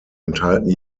enthalten